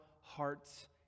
hearts